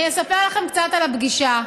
אני אספר לכם קצת על הפגישה.